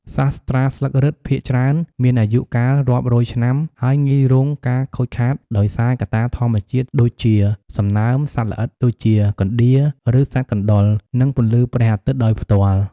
សាស្រ្តាស្លឹករឹតភាគច្រើនមានអាយុកាលរាប់រយឆ្នាំហើយងាយរងការខូចខាតដោយសារកត្តាធម្មជាតិដូចជា សំណើម សត្វល្អិត ដូចជា កណ្តៀរ ឬសត្វកណ្តុរ និងពន្លឺព្រះអាទិត្យដោយផ្ទាល់។